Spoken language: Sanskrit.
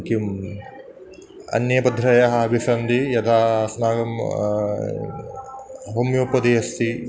किम् अन्ये पद्धतयः अपि सन्ति यथा अस्माकं होमियोपदी अस्ति